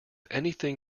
anything